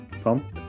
Tom